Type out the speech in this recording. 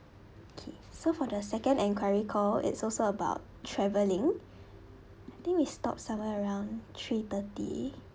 okay so for the second enquiry call it's also about traveling I think we stopped somewhere around three thirty